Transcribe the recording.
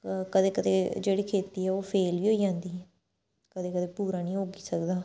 कदें कदें जेह्ड़ी खेती ऐ ओह् फेल बी होई जंदी कदें कदें पूरा निं उग्गी सकदा